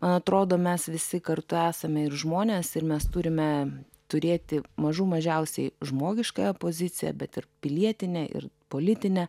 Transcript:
man atrodo mes visi kartu esame ir žmonės ir mes turime turėti mažų mažiausiai žmogiškąją poziciją bet ir pilietinę ir politinę